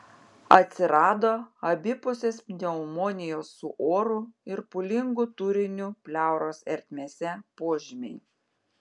atsirado abipusės pneumonijos su oru ir pūlingu turiniu pleuros ertmėse požymiai